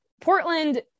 Portland